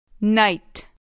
Night